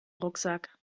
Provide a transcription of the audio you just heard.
rucksack